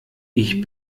ich